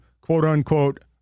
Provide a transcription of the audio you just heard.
quote-unquote